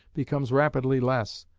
becomes rapidly less,